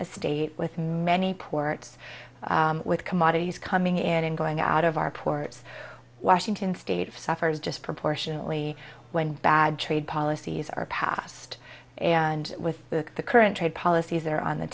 a state with many ports with commodities coming in and going out of our ports washington state suffers just proportionately when bad trade policies are passed and with the current trade policies are on the